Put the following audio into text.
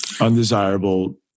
undesirable